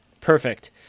perfect